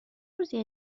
روزی